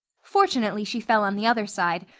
fortunately she fell on the other side,